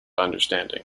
understanding